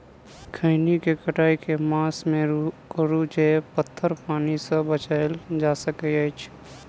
खैनी केँ कटाई केँ मास मे करू जे पथर पानि सँ बचाएल जा सकय अछि?